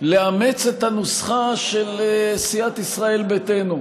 לאמץ את הנוסחה של סיעת ישראל ביתנו,